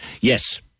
Yes